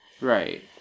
Right